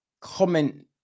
comment